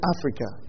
Africa